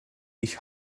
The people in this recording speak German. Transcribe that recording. ich